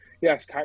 Yes